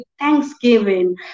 thanksgiving